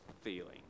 feeling